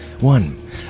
One